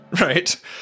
Right